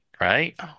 right